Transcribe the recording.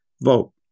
vote